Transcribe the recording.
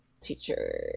teacher